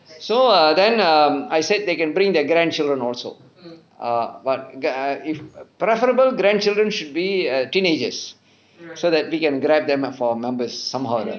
so ah then um I said they can bring their grandchildren also err but if preferable grandchildren should be err teenagers so that we can grab them for members somehow or rather